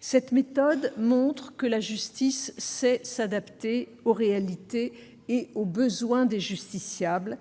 Cette méthode montre que la justice sait s'adapter aux réalités et aux besoins des justiciables,